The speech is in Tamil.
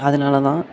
அதனால தான்